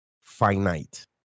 finite